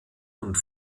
und